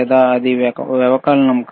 లేదా అది వ్యవకలనం